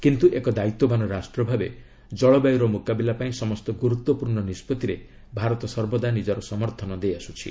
କିନ୍ତୁ ଏକ ଦାୟିତ୍ୱବାନ ରାଷ୍ଟ୍ରଭାବେ ଜଳବାୟୁର ମୁକାବିଲା ପାଇଁ ସମସ୍ତ ଗୁରୁତ୍ୱପୂର୍ଣ୍ଣ ନିଷ୍ପଭିରେ ଭାରତ ସର୍ବଦା ନିଜର ସମର୍ଥନ ଦେଇଆସୁଛି